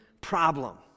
problem